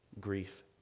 grief